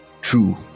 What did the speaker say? true